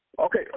Okay